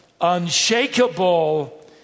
unshakable